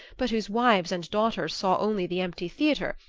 but whose wives and daughters saw only the empty theatre,